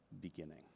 beginning